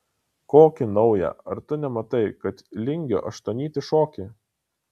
kokį naują ar tu nematai kad lingio aštuonnytį šoki